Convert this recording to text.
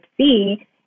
see